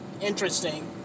interesting